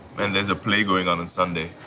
and there's a play going on on sunday.